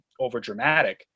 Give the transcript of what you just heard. overdramatic